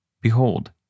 behold